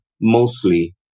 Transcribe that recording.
mostly